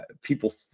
people